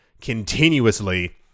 continuously